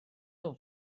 nhw